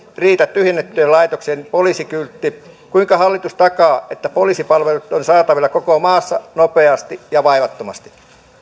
riitä tyhjennettyjen laitoksien poliisikyltti kuinka hallitus takaa että poliisipalvelut ovat saatavilla koko maassa nopeasti ja vaivattomasti